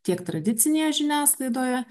tiek tradicinėje žiniasklaidoje